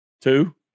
Two